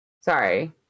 Sorry